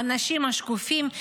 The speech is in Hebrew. האנשים השקופים,